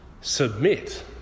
submit